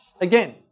again